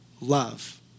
love